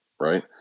right